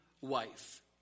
wife